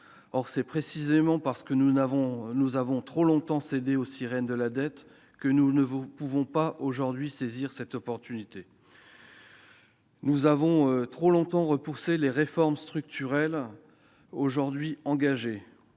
Or c'est précisément parce que nous avons trop longtemps cédé aux sirènes de la dette que nous ne pouvons pas saisir cette opportunité. Très bien ! Nous avons trop longtemps repoussé les réformes structurelles engagées